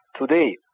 today